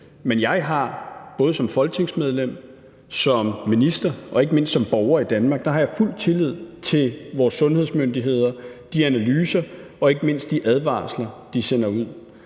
at jeg både som folketingsmedlem, som minister og ikke mindst som borger i Danmark har fuld tillid til vores sundhedsmyndigheder og de analyser og ikke mindst de advarsler, som de sender ud,